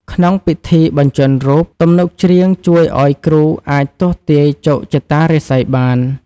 ក្នុងពិធីបញ្ជាន់រូប ទំនុកច្រៀងជួយឱ្យគ្រូអាចទស្សន៍ទាយជោគជតារាសីបាន។